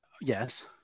Yes